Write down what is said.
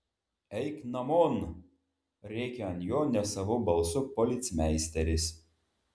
eik namon rėkia ant jo nesavu balsu policmeisteris